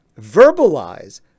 verbalize